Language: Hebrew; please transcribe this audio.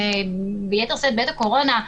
שביתר שאת בעת הקורונה,